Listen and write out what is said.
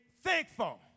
thankful